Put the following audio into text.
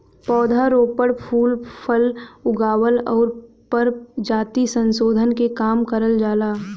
पौध रोपण, फूल फल उगावल आउर परजाति संसोधन के काम करल जाला